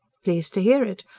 pleased to hear it.